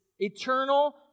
Eternal